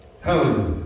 Hallelujah